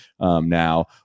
now